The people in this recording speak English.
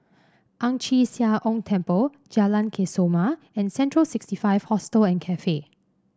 Ang Chee Sia Ong Temple Jalan Kesoma and Central sixty five Hostel and Cafe